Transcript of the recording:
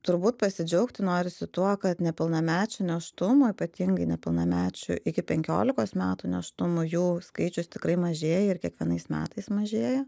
turbūt pasidžiaugti norisi tuo kad nepilnamečių nėštumų ypatingai nepilnamečių iki penkiolikos metų nėštumų jų skaičius tikrai mažėja ir kiekvienais metais mažėja